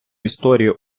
історію